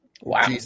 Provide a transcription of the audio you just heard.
Wow